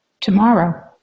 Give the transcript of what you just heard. tomorrow